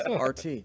RT